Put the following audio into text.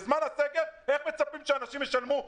בזמן הסגר איך אפשר לצפות שאנשים ישלמו?